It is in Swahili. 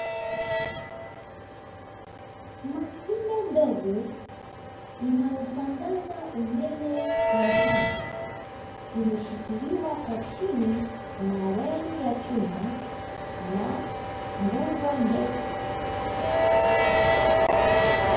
Mashine ndogo inayosambaza umeme kwa mtaa, imeshikiliwa kwa chini na reli ya chuma na nguzo ndefu.